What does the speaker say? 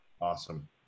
Awesome